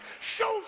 shows